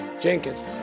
Jenkins